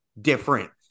different